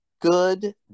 Good